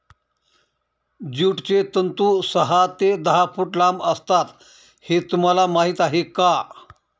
ज्यूटचे तंतू सहा ते दहा फूट लांब असतात हे तुम्हाला माहीत आहे का